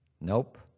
Nope